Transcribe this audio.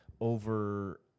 over